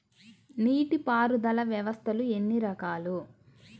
నీటిపారుదల వ్యవస్థలు ఎన్ని రకాలు?